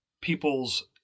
people's